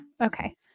Okay